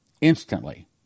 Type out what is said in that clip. instantly